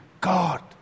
God